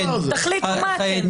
תחליטו מה אתם.